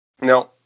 No